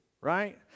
right